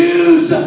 use